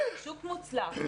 שוק מוצלח,